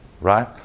right